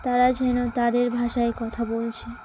তারা যেন তাদের ভাষায় কথা বলছে